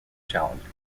challenging